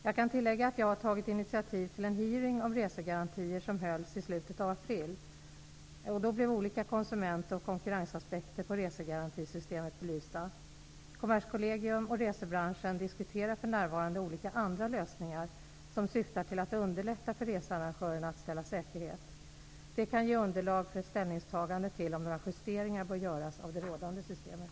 Jag kan tillägga att jag har tagit initiativ till en hearing om resegarantier, som hölls i slutet av april. Då blev olika konsument och konkurrensaspekter på resegarantisystemet belysta. Kommerskollegium och resebranschen diskuterar för närvarande olika andra lösningar som syftar till att underlätta för researrangörerna att ställa säkerhet. Detta kan ge underlag för ett ställningstagande till om några justeringar bör göras av det rådande systemet.